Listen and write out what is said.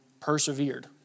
persevered